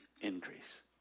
increase